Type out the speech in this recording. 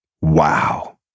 Wow